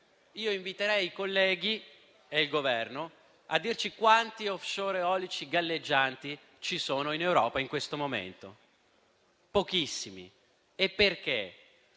Io inviterei i colleghi e il Governo a dirci quanti *offshore* eolici galleggianti ci sono in Europa in questo momento: pochissimi. E perché?